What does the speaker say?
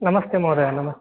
नमस्ते महोदयः नमस्ते